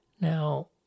now